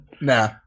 Nah